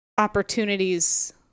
opportunities